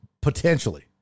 potentially